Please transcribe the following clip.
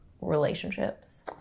relationships